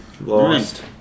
lost